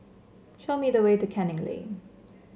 show me the way to Canning Lane